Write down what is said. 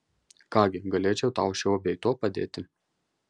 ką gi galėčiau tau šiuo bei tuo padėti